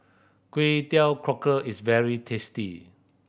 Kway Teow Cockle is very tasty